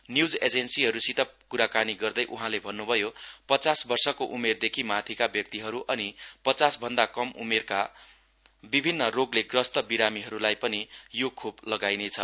news एजेन्सिहरूसित क्राकानी गर्दै उहाँले भन्नुभयो पच्चास वर्षको उमेरदेखि माथिका व्यक्तिहरू अनि पच्चास भन्दा कम उम्मेरका विभिन्न रोगले ग्रस्त बिरामीहरूलाई पनि यो खोप लगाइनेछ